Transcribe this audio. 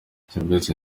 serivisi